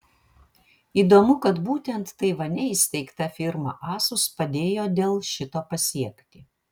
įdomu kad būtent taivane įsteigta firma asus padėjo dell šito pasiekti